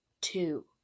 Two